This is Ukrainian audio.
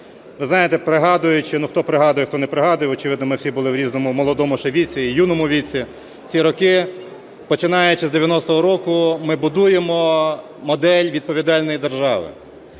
Ви знаєте, пригадуючи (хто пригадує, хто не пригадує, очевидно, ми всі були в різному молодому ще віці і в юному віці) ці роки, починаючи з 90-го року, ми будуємо модель відповідальної держави.